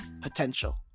potential